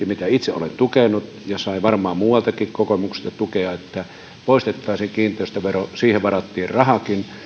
mitä itse olen tukenut erittäin voimakkaasti yritti ja sai varmaan muualtakin kokoomuksesta tukea että poistettaisiin kiinteistövero siihen varattiin rahakin